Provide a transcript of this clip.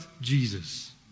Jesus